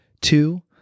Two